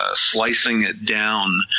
ah slicing it down,